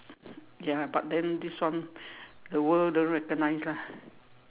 ya but then this one the world doesn't recognize lah